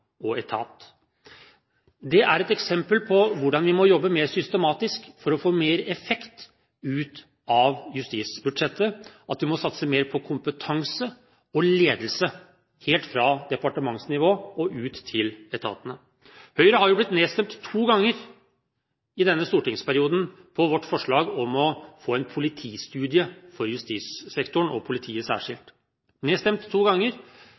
og etat. Det er et eksempel på hvordan vi må jobbe mer systematisk for å få mer effekt ut av justisbudsjettet, at vi må satse mer på kompetanse og ledelse helt fra departementsnivå og ut til etatene. Høyre har i denne stortingsperioden blitt nedstemt to ganger på vårt forslag om å få en politistudie for justissektoren og politiet særskilt – nedstemt to ganger.